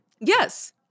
yes